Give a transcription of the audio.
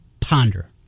ponder